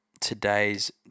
today's